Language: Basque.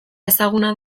ezaguna